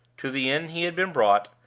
to the inn he had been brought,